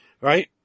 right